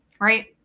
Right